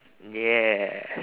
yeah